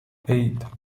eight